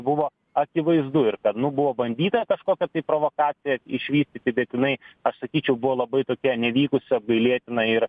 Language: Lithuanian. buvo akivaizdu ir kad nu buvo bandyta kažkokią tai provokacijas išvystyti bet jinai aš sakyčiau buvo labai tokia nevykusi apgailėtina ir